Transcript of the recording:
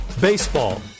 Baseball